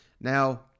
Now